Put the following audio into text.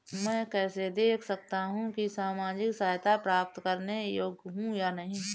मैं कैसे देख सकता हूं कि मैं सामाजिक सहायता प्राप्त करने योग्य हूं या नहीं?